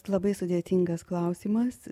labai sudėtingas klausimas